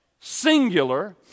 singular